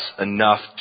enough